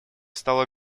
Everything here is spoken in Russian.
стала